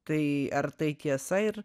tai ar tai tiesa ir